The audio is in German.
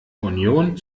union